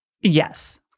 yes